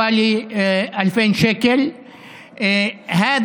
החוק הזה מגדיל את קצבאות הזקנה ב-2,000 שקלים בממוצע.